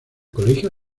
colegio